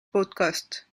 podcasts